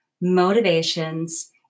motivations